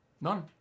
None